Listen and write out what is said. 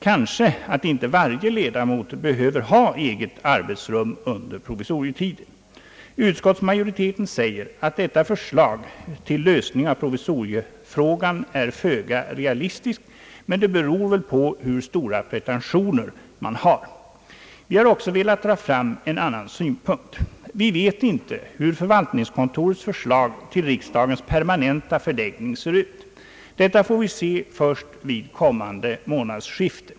Kanske behöver inte varje ledamot ha eget arbetsrum under provisorietiden. Utskottsmajoriteten säger att detta förslag till lösning av provisoriefrågan är föga realistiskt, men det beror väl på hur stora pretentioner man har. Vi har också velat dra fram en annan synpunkt. Vi vet inte hur förvaltningskontorets förslag till riksdagens permanenta förläggning ser ut. Det får vi se först vid kommande månadsskifte.